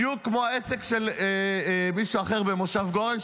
בדיוק כמו העסק של מישהו אחר במושב גורן,